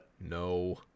No